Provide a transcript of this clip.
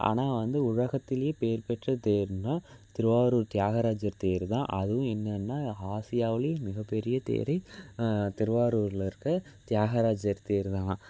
ஆனால் வந்து உலகத்துலேயே பேர் பெற்ற தேர்ன்னால் திருவாரூர் தியாகராஜர் தேர் தான் அதுவும் எங்கேன்னா ஆசியாவுலேயே மிகப்பெரிய தேரே திருவாரூரில் இருக்கற தியாகராஜர் தேர் தானாம்